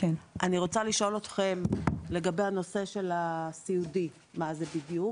אני רוצה לשאול אתכם לגבי הנושא הסיעודי: מה זה בדיוק